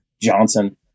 Johnson